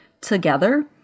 together